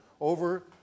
over